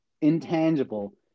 intangible